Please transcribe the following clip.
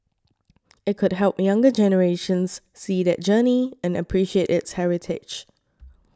it could help younger generations see that journey and appreciate its heritage